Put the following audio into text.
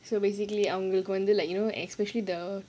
so basically அவங்களுக்கு வந்து:avangalukku vandhu you know especially the